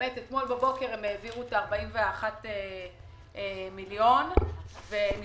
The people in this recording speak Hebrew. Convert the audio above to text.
אתמול בבוקר הם העבירו את ה-41 מיליון ונשאר